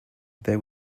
there